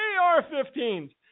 AR-15s